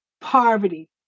poverty